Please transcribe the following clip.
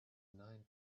nine